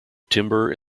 timber